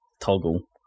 toggle